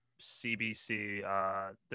CBC